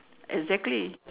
exactly